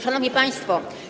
Szanowni Państwo!